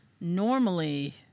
normally